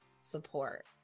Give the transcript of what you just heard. support